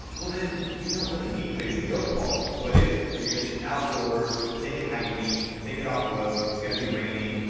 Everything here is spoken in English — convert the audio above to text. well then you don't really need crazy build quality, but if you're gonna shoot outdoors, take it hiking, take it off-road, it's gonna be raining,